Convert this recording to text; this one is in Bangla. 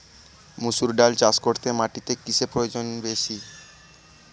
মুসুর ডাল চাষ করতে মাটিতে কিসে প্রয়োজন বেশী?